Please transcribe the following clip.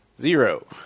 zero